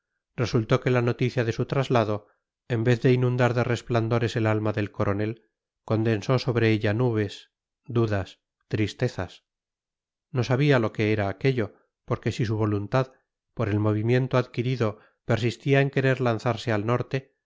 resultó que la noticia de su traslado en vez de inundar de resplandores el alma del coronel condensó sobre ella nubes dudas tristezas no sabía lo que era aquello porque si su voluntad por el movimiento adquirido persistía en querer lanzarse al norte